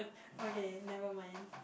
okay never mind